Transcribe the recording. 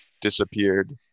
disappeared